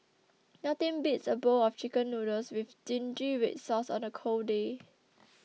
nothing beats a bowl of Chicken Noodles with Zingy Red Sauce on a cold day